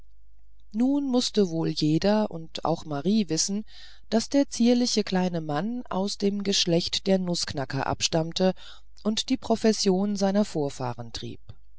nun mußte wohl jeder und auch marie wissen daß der zierliche kleine mann aus dem geschlecht der nußknacker abstammte und die profession seiner vorfahren trieb